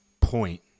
point